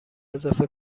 اضافه